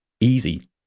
easy